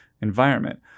environment